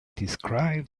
described